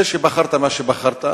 זה שבחרת מה שבחרת,